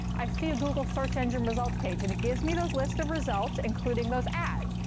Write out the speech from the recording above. i see a google search engine results page. and it gives me those lists of results, including those ads.